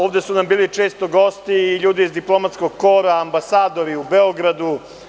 Ovde su nam bili često gosti i ljudi iz diplomatskog kora ambasadori u Beogradu.